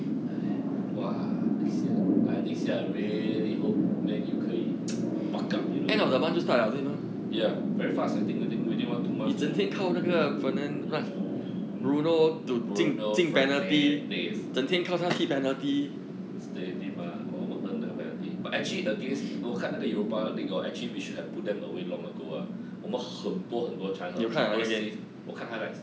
!aiya! !wah! next year I next year I really hope man U 可以 buck up you know ya very fast I think within within one two months 可以 bruno fernandes steady mah 我们 earn 那个 penalty but actually against 我看那个 europa league orh actually we should have put them away long ago ah 我们很多很多 chance orh keeper safe 我看 highlights